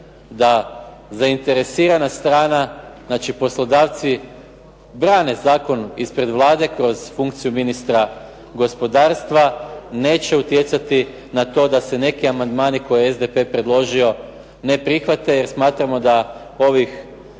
da zainteresirana strana, znači poslodavci brane zakon ispred Vlade kroz funkciju ministra gospodarstva neće utjecati na to da se neki amandmani koje je SDP predložio ne prihvate jer smatramo da ovih